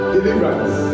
Deliverance